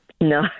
No